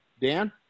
Dan